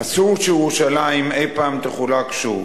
אסור שירושלים אי-פעם תחולק שוב.